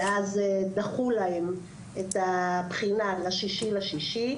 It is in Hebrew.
ואז דחו להם את הבחינה ל-6.6,